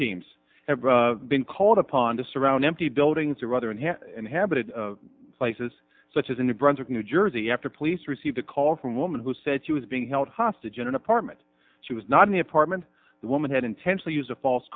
teams have been called upon to surround empty buildings or other and have inhabited places such as a new brunswick new jersey after police received a call from a woman who said she was being held hostage in an apartment she was not in the apartment the woman had intentionally use a fal